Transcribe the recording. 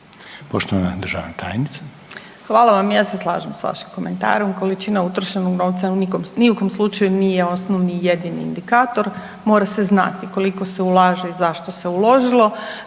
Poštovana državna tajnica. **Đurić, Spomenka** Hvala vam i ja se slažem s vašim komentarom, količina utrošenog novca ni u kom slučaju nije osnovni i jedini indikator. Mora se znati koliko se ulaže i zašto se uložilo,